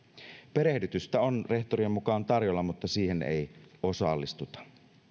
perehdytystä on rehtorien mukaan tarjolla mutta siihen ei osallistuta